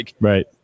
Right